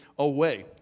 Away